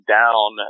down